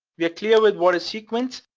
we're clear with what is sequence.